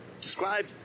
Describe